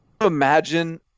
imagine